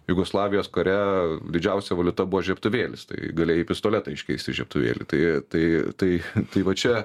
jugoslavijos kare didžiausia valiuta buvo žiebtuvėlis tai galėjai pistoletą iškeisti į žiebtuvėlį tai tai tai tai va čia